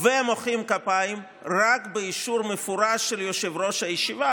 ומוחאים כפיים רק באישור מפורש של יושב-ראש הישיבה,